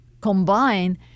combine